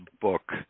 book